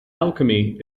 alchemy